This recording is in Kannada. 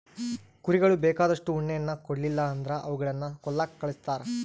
ಕುರಿಗಳು ಬೇಕಾದಷ್ಟು ಉಣ್ಣೆಯನ್ನ ಕೊಡ್ಲಿಲ್ಲ ಅಂದ್ರ ಅವುಗಳನ್ನ ಕೊಲ್ಲಕ ಕಳಿಸ್ತಾರ